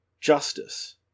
justice